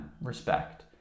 respect